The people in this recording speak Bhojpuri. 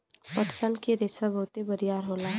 पटसन क रेसा बहुत बरियार होला